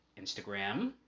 Instagram